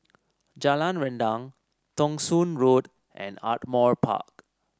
Jalan Rendang Thong Soon Road and Ardmore Park